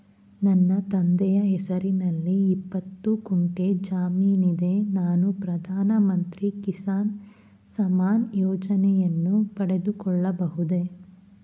ನನ್ನ ತಂದೆಯ ಹೆಸರಿನಲ್ಲಿ ಇಪ್ಪತ್ತು ಗುಂಟೆ ಜಮೀನಿದೆ ನಾನು ಪ್ರಧಾನ ಮಂತ್ರಿ ಕಿಸಾನ್ ಸಮ್ಮಾನ್ ಯೋಜನೆಯನ್ನು ಪಡೆದುಕೊಳ್ಳಬಹುದೇ?